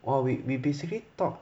!wah! we we basically talk